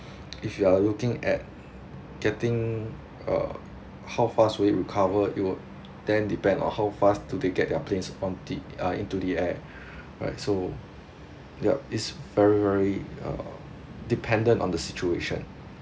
if you are looking at getting uh how fast would it recover it would then depend on how fast do they get their planes on the uh into the air right so yup is very very uh dependent on the situation